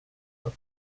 for